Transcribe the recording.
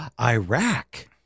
Iraq